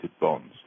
bonds